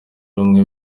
rumwe